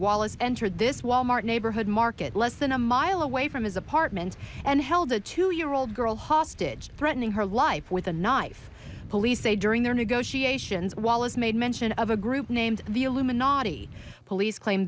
wallace entered this wal mart neighborhood market less than a mile away from his apartment and held a two year old girl hostage threatening her life with a knife police say during their negotiations while his made mention of a group named